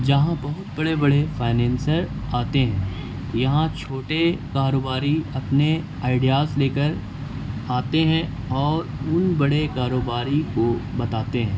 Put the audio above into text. جہاں بہت بڑے بڑے فائننسر آتے ہیں یہاں چھوٹے کاروباری اپنے آئیڈیاز لے کر آتے ہیں اور ان بڑے کاروباری کو بتاتے ہیں